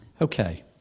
Okay